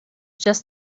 just